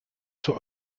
zur